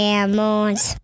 animals